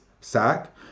sack